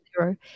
zero